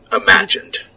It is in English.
Imagined